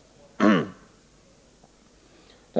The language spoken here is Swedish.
89 Av den